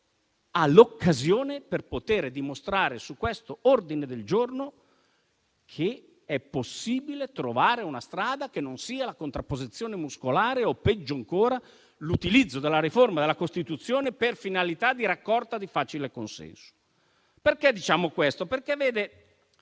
ha l'occasione per dimostrare su questi ordini del giorno che è possibile trovare una strada che non sia la contrapposizione muscolare o, peggio ancora, l'utilizzo della riforma della Costituzione per la finalità di una raccolta di facile consenso. Perché diciamo questo? Dobbiamo